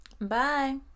bye